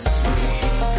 sweet